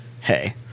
Hey